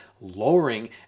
lowering